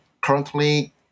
currently